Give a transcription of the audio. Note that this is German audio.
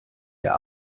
der